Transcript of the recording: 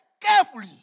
carefully